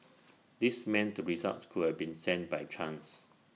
this meant the results could have been send by chance